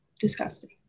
disgusting